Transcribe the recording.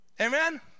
Amen